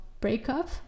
breakup